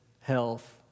health